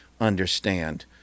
understand